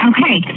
Okay